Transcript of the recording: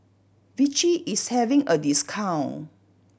Vichy is having a discount